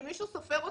שמישהו סופר אותנו.